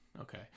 okay